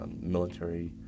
military